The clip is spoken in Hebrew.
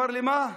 הוא אומר לי: מה,